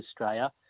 Australia